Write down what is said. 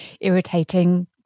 irritating